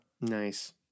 nice